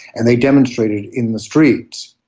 and they demonstrated in the streets.